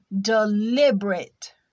deliberate